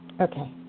Okay